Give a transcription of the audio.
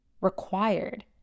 required